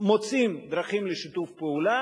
מוצאים דרכים לשיתוף פעולה.